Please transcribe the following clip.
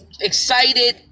excited